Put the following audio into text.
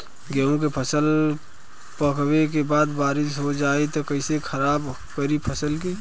गेहूँ के फसल पकने के बाद बारिश हो जाई त कइसे खराब करी फसल के?